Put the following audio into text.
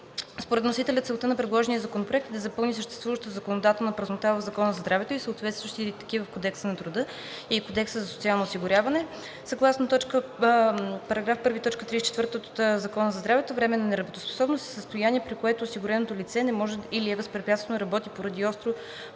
Според вносителя целта на предложения законопроект е да запълни съществуващата законодателна празнота в Закона за здравето и съответстващи такива в Кодекса на труда и Кодекса за социално осигуряване, съгласно § 1, т. 34 от Закона за здравето „Временна неработоспособност“ е състояние, при което осигуреното лице не може или е възпрепятствано да работи поради: остро, подостро